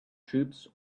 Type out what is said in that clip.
troops